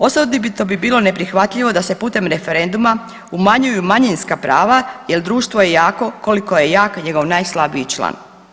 Osobito bi bilo neprihvatljivo da se putem referenduma umanjuju manjinska prava jel društvo je jako koliko je jako njegov najslabiji član.